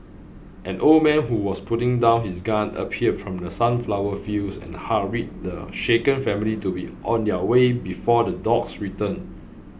an old man who was putting down his gun appeared from the sunflower fields and hurried the shaken family to be on their way before the dogs return